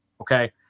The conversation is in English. okay